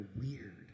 Weird